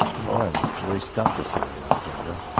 um ah you really stumped us here, alexandra.